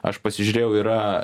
aš pasižiūrėjau yra